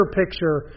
picture